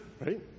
right